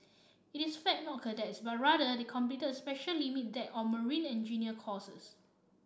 it is fact not cadets but rather they completed special limit deck or marine engineer courses